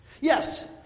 Yes